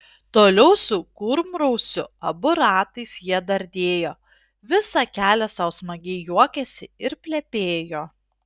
toliau su kurmrausiu abu ratais jie dardėjo visą kelią sau smagiai juokėsi ir plepėjo